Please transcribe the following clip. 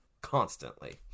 constantly